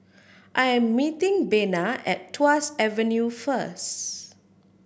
I am meeting Bena at Tuas Avenue first